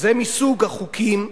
זה מסוג החוקים,